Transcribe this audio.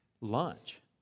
lunch